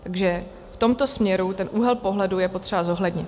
Takže v tomto směru ten úhel pohledu je potřeba zohlednit.